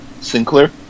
Sinclair